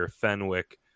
fenwick